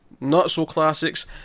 not-so-classics